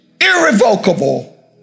Irrevocable